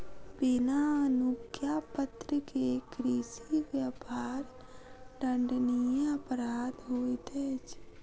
बिना अनुज्ञापत्र के कृषि व्यापार दंडनीय अपराध होइत अछि